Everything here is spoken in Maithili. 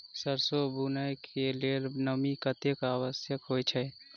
सैरसो बुनय कऽ लेल नमी कतेक आवश्यक होइ छै?